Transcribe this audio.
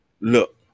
Look